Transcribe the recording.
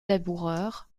laboureur